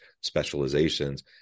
specializations